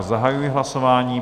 Zahajuji hlasování.